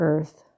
Earth